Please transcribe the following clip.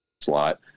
slot